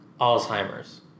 Alzheimer's